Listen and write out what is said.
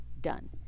done